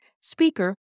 speaker